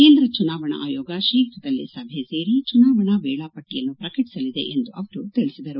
ಕೇಂದ್ರ ಚುನಾವಣಾ ಆಯೋಗ ಶೀಘ್ರದಲ್ಲಿ ಸಭೆ ಸೇರಿ ಚುನಾವಣೆಯ ವೇಳಾಪಟ್ಟಿಯನ್ನು ಪ್ರಕಟಿಸಲಿದೆ ಎಂದು ಅವರು ತಿಳಿಸಿದರು